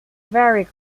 very